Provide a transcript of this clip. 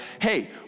hey